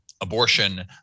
abortion